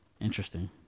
Interesting